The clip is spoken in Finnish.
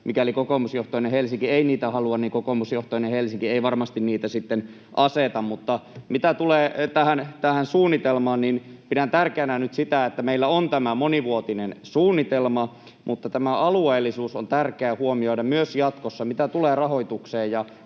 mikäli kokoomusjohtoinen Helsinki ei niitä halua, niin kokoomusjohtoinen Helsinki ei varmasti niitä sitten aseta. Mutta mitä tulee tähän suunnitelmaan, niin pidän tärkeänä nyt sitä, että meillä on tämä monivuotinen suunnitelma, mutta alueellisuus on tärkeää huomioida myös jatkossa, mitä tulee rahoitukseen.